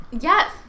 Yes